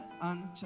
unto